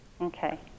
Okay